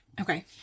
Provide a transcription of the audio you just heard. Okay